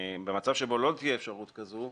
במצב שבו לא תהיה אפשרות כזו,